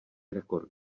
rekord